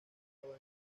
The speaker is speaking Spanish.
graba